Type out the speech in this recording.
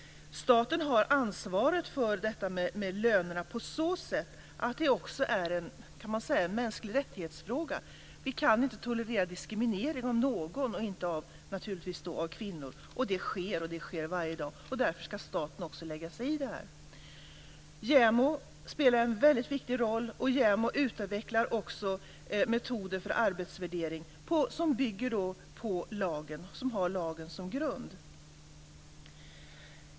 Staten har ansvaret för lönerna på så sätt att det också är en fråga om mänskliga rättigheter. Vi kan inte tolerera diskriminering av någon och naturligtvis inte av kvinnor, och det sker varje dag. Därför ska staten också lägga sig i detta. JämO spelar en mycket viktig roll. JämO utvecklar också metoder för arbetsvärdering som bygger på lagen och har lagen som grund.